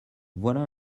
voilà